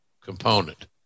component